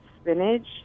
spinach